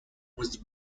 was